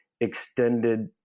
extended